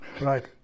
Right